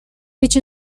which